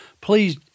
please